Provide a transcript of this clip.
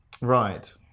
Right